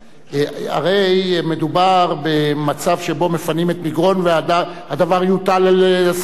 הרי מדובר במצב שבו מפנים את מגרון והדבר יוטל על השר לביטחון פנים,